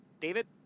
David